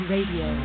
Radio